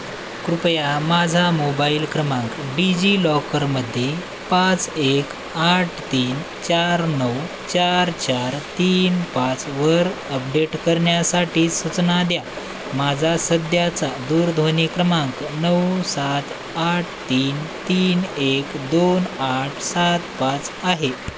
कृपया माझा मोबाईल क्रमांक डिजिलॉकरमध्ये पाच एक आठ तीन चार नऊ चार चार तीन पाचवर अपडेट करण्यासाठी सूचना द्या माझा सध्याचा दूरध्वनी क्रमांक नऊ सात आठ तीन तीन एक दोन आठ सात पाच आहे